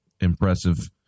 impressive